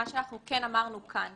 מה שאנחנו כן אמרנו כאן,